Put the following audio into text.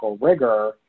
rigor